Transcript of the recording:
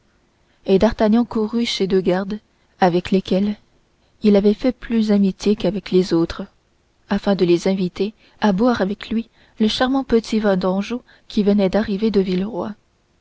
et d'artagnan courut chez deux gardes avec lesquels il avait fait plus amitié qu'avec les autres afin de les inviter à boire avec lui le délicieux petit vin d'anjou qui venait d'arriver de villeroi